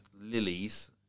lilies